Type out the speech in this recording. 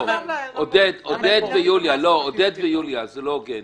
עודד ויוליה, זה לא הוגן.